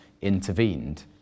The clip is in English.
intervened